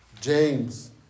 James